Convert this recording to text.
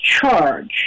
charge